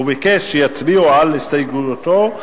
וביקש שיצביעו על הסתייגותו,